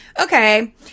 okay